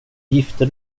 gifte